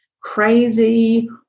crazy